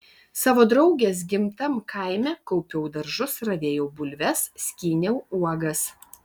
savo draugės gimtam kaime kaupiau daržus ravėjau bulves skyniau uogas